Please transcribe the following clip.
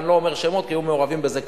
ואני לא אומר שמות כי היו מעורבים בזה כמה,